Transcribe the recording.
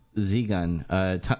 Z-Gun